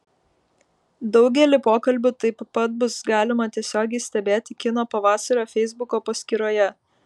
daugelį pokalbių taip pat bus galima tiesiogiai stebėti kino pavasario feisbuko paskyroje